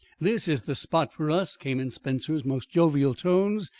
this is the spot for us, came in spencer's most jovial tones.